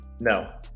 No